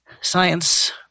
science